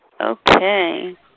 Okay